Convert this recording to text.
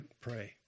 pray